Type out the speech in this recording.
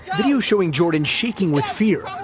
video showing jordan shaking with fear.